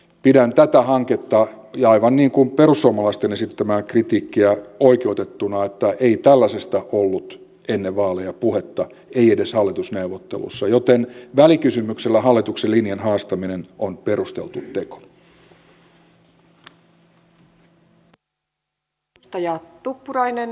pidän tästä hankkeesta perussuomalaisten esittämää kritiikkiä oikeutettuna että ei tällaisesta ollut ennen vaaleja puhetta ei edes hallitusneuvotteluissa joten välikysymyksellä hallituksen linjan haastaminen on perusteltu teko